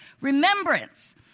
remembrance